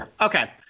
Okay